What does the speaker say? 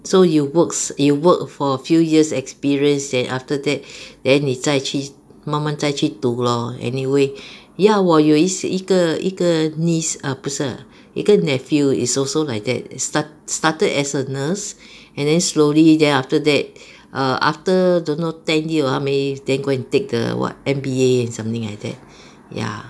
so you works you work for a few years experience than after that then 你再去慢慢再去读 lor anyway ya 我有一些一个一个 niece err 不是 ah 一个 nephew is also like that start started as a nurse and then slowly then after that err after don't know ten year or how many then go and take the what M_B_A and something like that ya